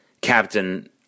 Captain